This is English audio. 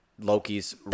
Loki's